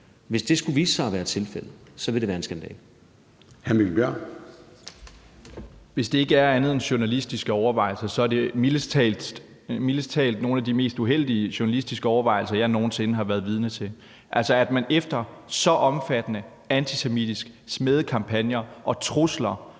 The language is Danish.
(Søren Gade): Hr. Mikkel Bjørn. Kl. 13:48 Mikkel Bjørn (DF): Hvis det ikke er andet end journalistiske overvejelser, er det mildest talt nogle af de mest uheldige journalistiske overvejelser, jeg nogen sinde har været vidne til. Altså, at man kort tid efter så omfattende antisemitiske smædekampagner og trusler,